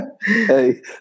Hey